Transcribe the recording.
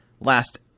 last